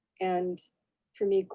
and for me,